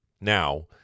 Now